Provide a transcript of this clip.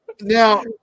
Now